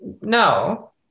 No